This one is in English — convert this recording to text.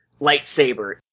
lightsaber